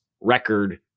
record